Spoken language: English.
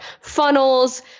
funnels